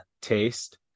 taste